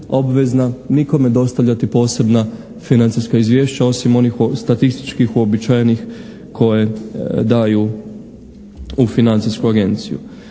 obvezna nikome dostavljati posebna financijska izvješća osim onih statističkih uobičajenih koje daju u financijsku agenciju.